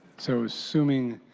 so assuming